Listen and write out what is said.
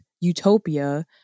utopia